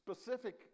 specific